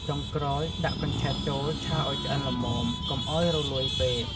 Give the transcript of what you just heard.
ចុងក្រោយដាក់កញ្ឆែតចូលឆាឲ្យឆ្អិនល្មម កុំឲ្យរលួយពេក។